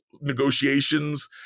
negotiations